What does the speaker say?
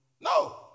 No